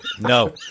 No